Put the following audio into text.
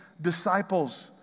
disciples